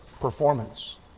performance